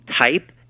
type